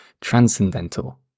transcendental